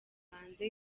hanze